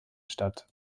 statt